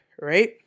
right